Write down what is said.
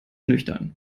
nüchtern